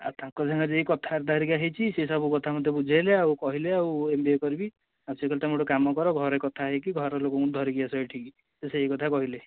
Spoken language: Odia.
ଆଉ ତାଙ୍କ ସାଙ୍ଗରେ ଯାଇକି କଥାବାର୍ତ୍ତା ହେରିକା ହୋଇଛି ସେ ସବୁ କଥା ମୋତେ ବୁଝାଇଲେ ଆଉ କହିଲେ ଆଉ ଏମ୍ ବି ଏ କରିବି ଆଉ ସେ କହିଲେ ତୁମେ ଗୋଟେ କାମ କର ଘରେ କଥା ହୋଇକି ଲୋକଙ୍କୁ ଧରିକି ଆସ ଏଠିକି ସେ ସେଇକଥା କହିଲେ